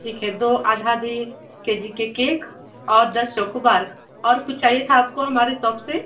ठीक है दो आधा आधा के जी के केक और दस चॉकोबार और कुछ चाहिए था आपको हमारे शॉप से